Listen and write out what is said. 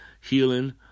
healing